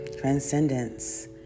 Transcendence